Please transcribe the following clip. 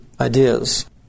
ideas